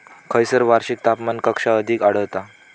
खैयसर वार्षिक तापमान कक्षा अधिक आढळता?